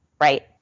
right